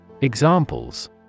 examples